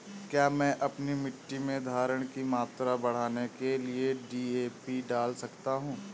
क्या मैं अपनी मिट्टी में धारण की मात्रा बढ़ाने के लिए डी.ए.पी डाल सकता हूँ?